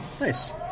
Nice